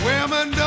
Women